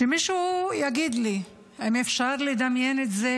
שמישהו יגיד לי אם אפשר לדמיין את זה,